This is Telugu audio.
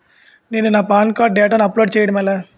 నేను నా పాన్ కార్డ్ డేటాను అప్లోడ్ చేయడం ఎలా?